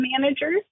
managers